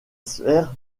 sphère